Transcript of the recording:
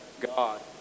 God